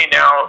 now